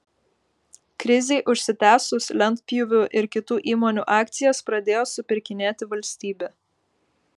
krizei užsitęsus lentpjūvių ir kitų įmonių akcijas pradėjo supirkinėti valstybė